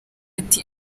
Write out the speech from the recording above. ati